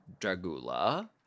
Dragula